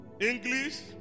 English